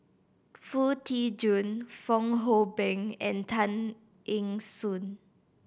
Foo Tee Jun Fong Hoe Beng and Tan Eng Soon